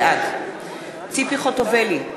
בעד ציפי חוטובלי,